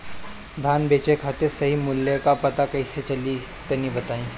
धान बेचे खातिर सही मूल्य का पता कैसे चली तनी बताई?